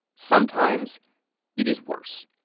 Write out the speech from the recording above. sometimes it is worse,